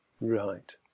Right